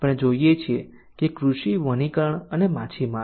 આપણે જોઈએ છીએ કે કૃષિ વનીકરણ અને માછીમારી